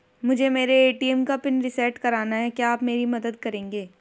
मुझे मेरे ए.टी.एम का पिन रीसेट कराना है क्या आप मेरी मदद करेंगे?